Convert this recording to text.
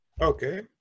Okay